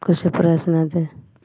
कुछ प्रश्न थे